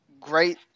great